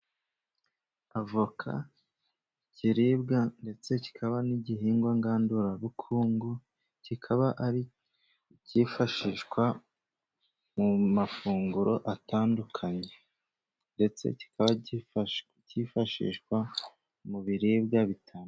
Avoka, ikiribwa ndetse kikaba n'igihingwa ngandurabukungu ,kikaba cyifashishwa mu mafunguro atandukanye, ndetse kikaba cyifashishwa mu biribwa bitandukanye.